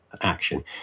action